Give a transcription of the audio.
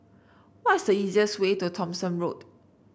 what's the easiest way to Thomson Road